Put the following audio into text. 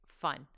fun